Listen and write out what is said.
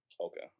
Okay